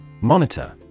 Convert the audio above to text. Monitor